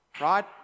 Right